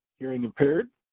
hearing impaired,